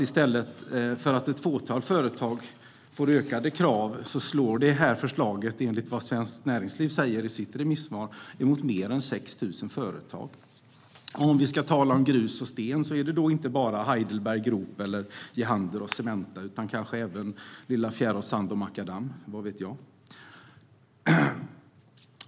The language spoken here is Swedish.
I stället för att ett fåtal företag får ökade krav slår förslaget, enligt vad Svenskt Näringsliv säger i sitt remissvar, mot fler än 6 000 företag. Om vi ska tala om grus och sten handlar det inte bara om Heidelberg Group, Jehander och Cementa, utan kanske även om lilla Fjärås Sand & Makadam, vad vet jag.